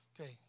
Okay